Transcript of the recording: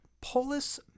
Polis